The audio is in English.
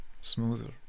smoother